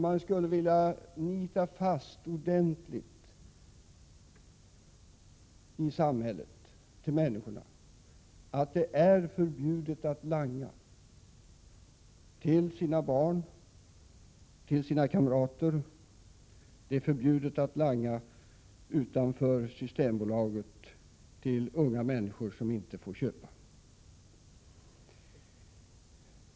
Man skulle vilja nita fast ordentligt i samhället och människorna att det är förbjudet att langa till sina barn och till sina kamrater, att det är förbjudet att langa utanför Systembolaget till unga människor som inte får köpa.